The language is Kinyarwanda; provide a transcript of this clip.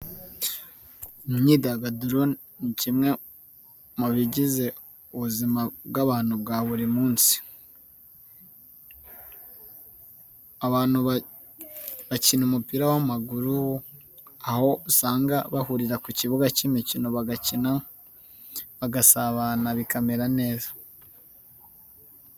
Imyidagaduro ni kimwe mu bigize ubuzima bw'abantu bwa buri munsi. Abantu bakina umupira w'amaguru, aho usanga bahurira ku kibuga cy'imikino bagakina bagasabana bikamera neza.